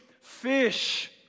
fish